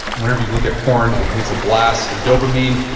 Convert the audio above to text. whenever you look at porn, it hits a blast of dopamine,